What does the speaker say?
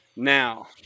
Now